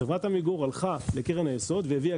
חברת עמיגור הלכה לקרן היסוד והביאה